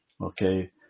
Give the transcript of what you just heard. okay